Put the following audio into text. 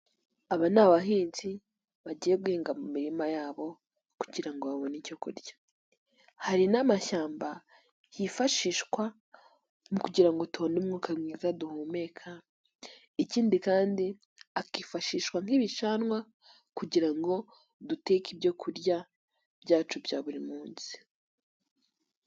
Aba ni abahinzi bagiye guhinga mu mirima yabo, kugira ngo babone icyo kurya. Hari n'amashyamba hifashishwa mu kugira ngo tubone umwuka mwiza duhumeka, ikindi kandi akifashishwa nk'ibicanwa kugira ngo duteke ibyo kurya byacu bya buri munsi.